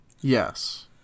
Yes